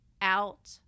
out